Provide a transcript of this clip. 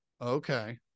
Okay